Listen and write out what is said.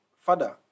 Father